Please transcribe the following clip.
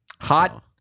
Hot